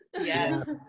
yes